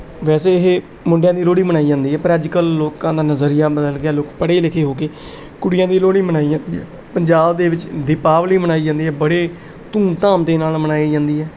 ਵੈਸੇ ਇਹ ਮੁੰਡਿਆਂ ਦੀ ਲੋਹੜੀ ਮਨਾਈ ਜਾਂਦੀ ਹੈ ਪਰ ਅੱਜ ਕੱਲ੍ਹ ਲੋਕਾਂ ਦਾ ਨਜ਼ਰੀਆ ਬਦਲ ਗਿਆ ਲੋਕ ਪੜ੍ਹੇ ਲਿਖੇ ਹੋ ਕੇ ਕੁੜੀਆਂ ਦੀ ਲੋਹੜੀ ਮਨਾਈ ਜਾਂਦੀ ਆ ਪੰਜਾਬ ਦੇ ਵਿੱਚ ਦੀਪਾਵਲੀ ਮਨਾਈ ਜਾਂਦੀ ਹੈ ਬੜੇ ਧੂਮ ਧਾਮ ਦੇ ਨਾਲ ਮਨਾਈ ਜਾਂਦੀ ਹੈ